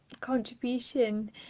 contribution